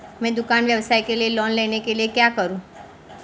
मैं दुकान व्यवसाय के लिए लोंन लेने के लिए क्या करूं?